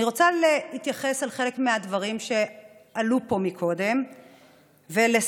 אני רוצה להתייחס לחלק מהדברים שעלו פה קודם ולספר,